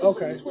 Okay